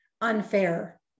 unfair